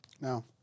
no